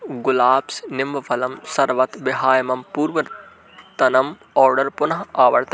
गुलाब्स् निम्बफलं सर्वतः विहाय मम पूर्वतनम् आर्डर् पुनः आवर्तय